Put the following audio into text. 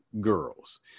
girls